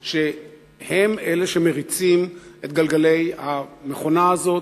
שהם אלה שמריצים את גלגלי המכונה הזאת,